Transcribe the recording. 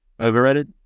Overrated